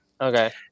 Okay